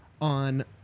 on